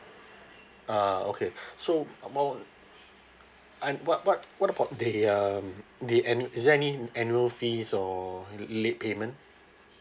ah okay so m~ I what what what about the um the admin is there any annual fees or late payment